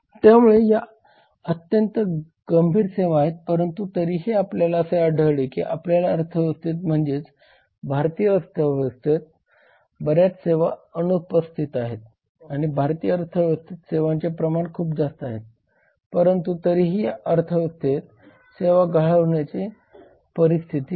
त्यामुळे या अत्यंत गंभीर सेवा आहेत परंतु तरीही आपल्याला असे आढळले की आपल्या अर्थव्यवस्थेत म्हणजेच भारतीय अर्थव्यवस्थेत बऱ्याच सेवा अनुपस्थित आहेत आणि भारतीय अर्थव्यवस्थेत सेवांचे प्रमाण खूप जास्त आहे परंतु तरीही या अर्थव्यवस्थेत सेवा गहाळ होण्याची ही परिस्थिती आहे